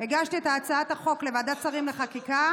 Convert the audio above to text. הגשתי את הצעת החוק לוועדת שרים לחקיקה,